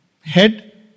head